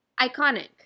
Iconic